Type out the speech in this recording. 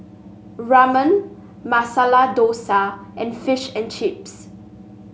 Ramen Masala Dosa and Fish and Chips